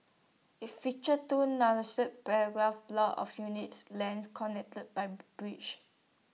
IT features two paragraph blocks of unique length connected by bridges